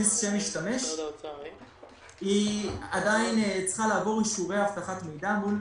להכניס שם משתמש עדיין צריכה לעבור אישורי אבטחת מידע מאת